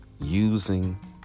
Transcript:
using